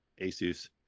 asus